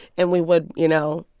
and we would, you know,